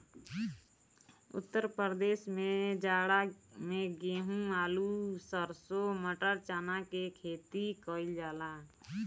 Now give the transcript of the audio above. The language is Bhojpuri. उत्तर प्रदेश में जाड़ा में गेंहू, आलू, सरसों, मटर, चना के खेती कईल जाला